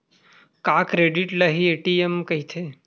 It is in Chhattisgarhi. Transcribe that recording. का क्रेडिट ल हि ए.टी.एम कहिथे?